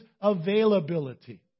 availability